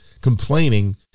complaining